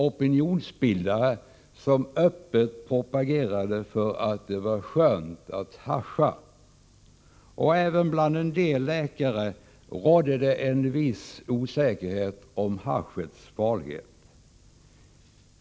opinionsbildare som öppet propagerade för att det var skönt att hascha. Även bland en del läkare rådde en viss osäkerhet om haschets farlighet.